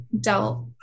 dealt